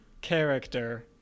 character